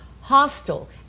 hostile